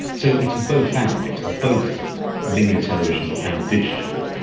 so it's both and, it's both linear television and digital,